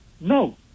No